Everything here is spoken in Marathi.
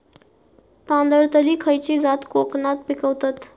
तांदलतली खयची जात कोकणात पिकवतत?